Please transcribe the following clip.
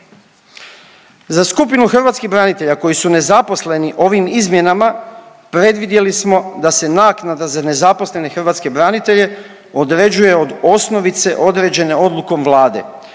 Za skupinu hrvatskih branitelja koji su nezaposleni ovim izmjenama predvidjeli smo da se naknada za nezaposlene hrvatske branitelje određuje od osnovice određene odlukom Vlade